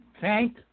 thank